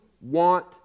want